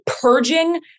purging